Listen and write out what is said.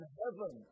heaven